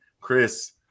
Chris